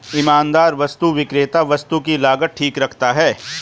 ईमानदार वस्तु विक्रेता वस्तु की लागत ठीक रखता है